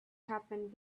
happened